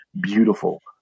beautiful